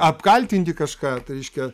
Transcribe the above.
apkaltinti kažką tai reiškia